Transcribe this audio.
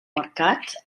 mercat